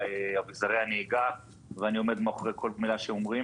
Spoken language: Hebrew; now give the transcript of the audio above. אביזרי הנהיגה ואני עומד מאחורי כל מילה שהם אמרו.